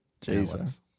Jesus